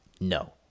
no